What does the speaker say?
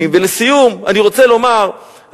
לסיום אני רוצה לומר,